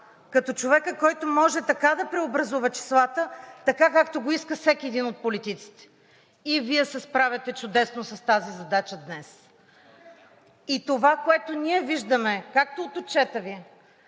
като човекът, който може така да преобразува числата, така както го иска всеки един от политиците, и Вие се справяте чудесно с тази задача днес. И това, което ние виждаме както от отчета Ви,